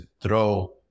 throw